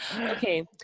Okay